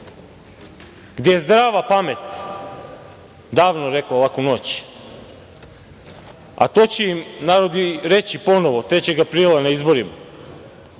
gde je zdrava pamet davno rekla laku noć. To će im narod i reći ponovo 3. aprila na izborima.